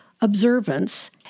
observance